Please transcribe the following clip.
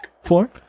Four